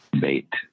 bait